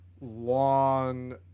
long